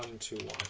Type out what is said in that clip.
to